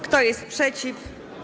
Kto jest przeciw?